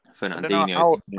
Fernandinho